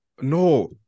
No